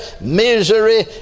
misery